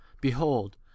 behold